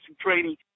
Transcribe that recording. training